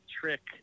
trick